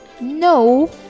no